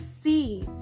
see